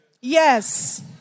Yes